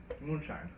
Moonshine